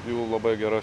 jų labai gera